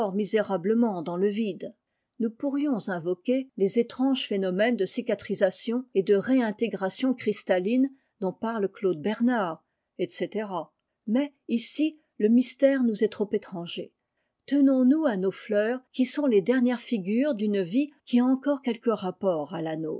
misérablement dans le vide nous pourrit invoquer les étranges phénomènes dte cioal sation et de réintégration cristalline dont parle claude bernard etc mais ici le mystère ûous est trop étranger tenons-nous à nos fleurs qui sont les dernières figures d'une vie qui a encore quelque rapport à